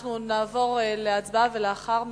אנחנו נעבור להצבעה ולאחר מכן,